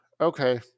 Okay